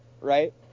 right